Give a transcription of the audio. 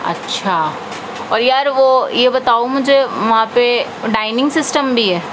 اچھا اور یار وہ یہ بتاؤ مجھے وہاں پہ ڈائننگ سسٹم بھی ہے